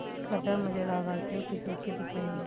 कृपया मुझे लाभार्थियों की सूची दिखाइए